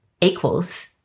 equals